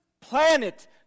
planet